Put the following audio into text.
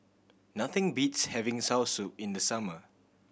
nothing beats having soursop in the summer